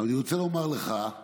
אני רוצה לומר לך,